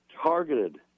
targeted